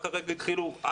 רק הרגע התחילו את הלימודים,